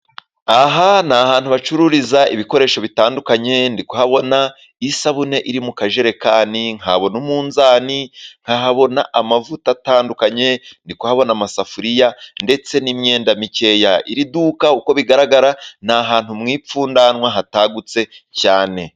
Aha ni ahantu hacururiza ibikoresho bitandukanye ndi kuhabona isabune iri mu kajerekani, nkabona umunzani, nkahabona amavuta atandukanye, ndikuhabona n' amasafuriya ndetse n'imyenda mikeya, iri duka uko bigaragara ni ahantu mu imfunganwa hatagutse cyane.